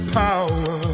power